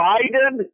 Biden